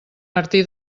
martí